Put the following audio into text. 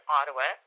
Ottawa